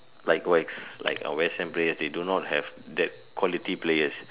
likewise like uh West Ham players they do not have that quality players